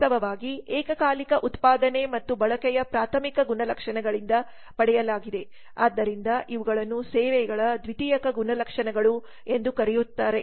ವಾಸ್ತವವಾಗಿ ಏಕಕಾಲಿಕ ಉತ್ಪಾದನೆ ಮತ್ತು ಬಳಕೆಯ ಪ್ರಾಥಮಿಕ ಗುಣಲಕ್ಷಣಗಳಿಂದ ಪಡೆಯಲಾಗಿದೆ ಮತ್ತು ಆದ್ದರಿಂದ ಇವುಗಳನ್ನು ಸೇವೆಗಳ ದ್ವಿತೀಯಕ ಗುಣಲಕ್ಷಣಗಳು ಎಂದು ಕರೆಯಲಾಗುತ್ತದೆ